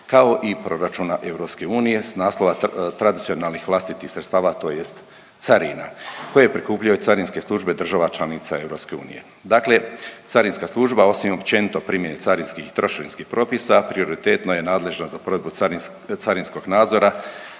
kao i Proračuna EU s naslova tradicionalnih vlastitih sredstava tj. carina koje prikupljaju carinske službe država članica EU. Dakle, carinska služba osim općenito primjene carinskih i trošarinskih propisa prioritetno je nadležna za provedbu carinskog nadzore